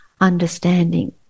understanding